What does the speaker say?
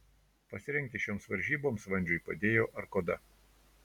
pasirengti šioms varžyboms vandžiui padėjo arkoda